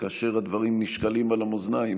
כאשר הדברים נשקלים על המאזניים,